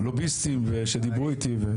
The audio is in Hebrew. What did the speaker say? לוביסטים ושדיברו איתי.